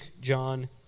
John